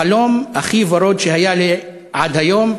החלום הכי ורוד שהיה לי עד היום".